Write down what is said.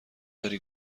داری